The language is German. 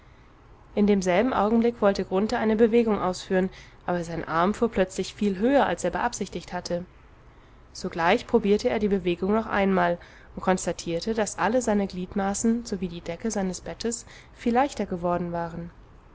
in demselben augenblick wollte grunthe eine bewegung ausführen aber sein arm fuhr plötzlich viel höher als er beabsichtigt hatte sogleich probierte er die bewegung noch einmal und konstatierte daß alle seine gliedmaßen sowie die decke seines bettes viel leichter geworden waren